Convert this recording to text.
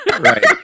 Right